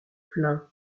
plaint